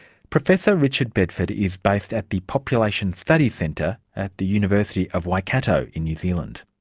professor richard bedford is based at the population study centre at the university of waikato in new zealand.